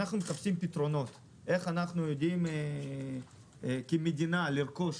אנחנו מחפשים פתרונות איך אנחנו יודעים כמדינה לרכוש